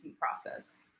process